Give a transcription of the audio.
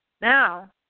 Now